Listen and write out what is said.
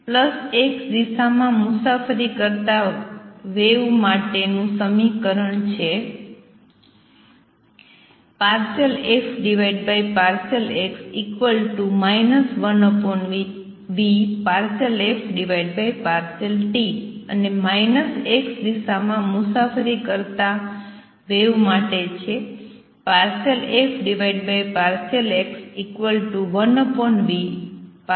x દિશા માં મુસાફરી કરતાં વેવ મારે નું સમીકરણ છે ∂f∂x 1v∂f∂t અને x દિશા માં મુસાફરી કરતાં વેવ માટે છે ∂f∂x1v∂f∂t